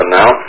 now